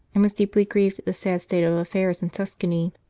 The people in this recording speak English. and was deeply grieved at the sad state of affairs in tuscany.